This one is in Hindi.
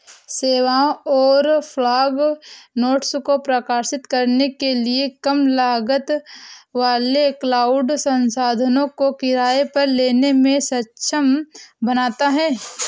सेवाओं और फॉग नोड्स को प्रकाशित करने के लिए कम लागत वाले क्लाउड संसाधनों को किराए पर लेने में सक्षम बनाता है